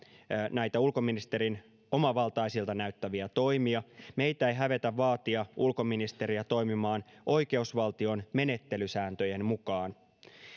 näitä ulkoministerin omavaltaisilta näyttäviä toimia meitä ei hävetä vaatia ulkoministeriä toimimaan oikeusvaltion menettelysääntöjen mukaan